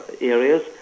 areas